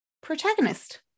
protagonist